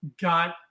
got